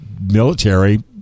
military